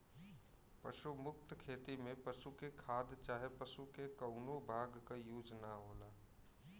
पशु मुक्त खेती में पशु के खाद चाहे पशु के कउनो भाग क यूज ना होला